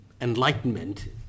enlightenment